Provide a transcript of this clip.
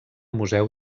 museu